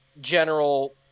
general